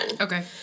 okay